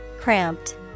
Cramped